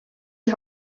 die